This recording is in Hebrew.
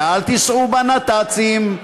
ואל תיסעו בנת"צים.